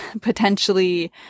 potentially